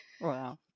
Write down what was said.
wow